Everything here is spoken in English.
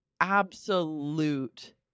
absolute